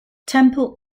temple